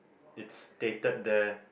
it's stated there